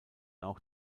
auch